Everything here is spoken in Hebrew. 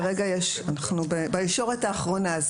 כרגע אנחנו בישורת האחרונה.